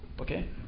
okay